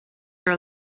are